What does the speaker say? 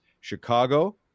Chicago